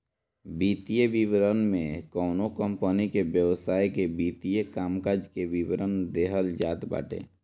वित्तीय विवरण में कवनो कंपनी के व्यवसाय के वित्तीय कामकाज के विवरण देहल जात बाटे